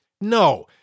No